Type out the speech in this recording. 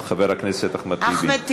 בעד אחמד טיבי,